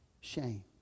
shame